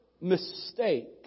mistake